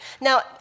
Now